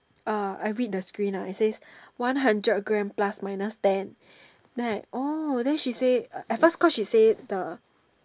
uh I read the screen ah it says one hundred grams plus minus ten then I oh then she say at first cause she say the